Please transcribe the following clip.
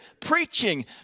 preaching